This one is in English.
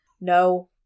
No